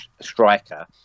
striker